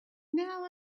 now